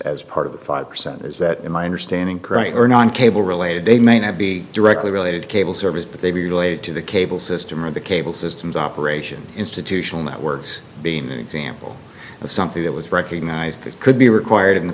as part of the five percent is that a minor standing criterion on cable related they may not be directly related to cable service but they relate to the cable system or the cable systems operation institutional networks being an example of something that was recognised that could be required in the